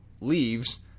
leaves